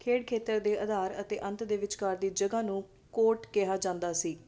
ਖੇਡ ਖੇਤਰ ਦੇ ਅਧਾਰ ਅਤੇ ਅੰਤ ਦੇ ਵਿਚਕਾਰ ਦੀ ਜਗ੍ਹਾ ਨੂੰ ਕੋਰਟ ਕਿਹਾ ਜਾਂਦਾ ਸੀ